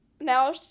Now